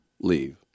leave